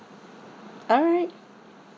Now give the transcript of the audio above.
all right